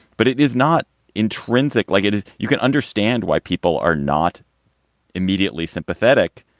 but it is not intrinsic like it is. you can understand why people are not immediately sympathetic.